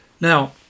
Now